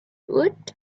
woot